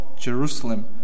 Jerusalem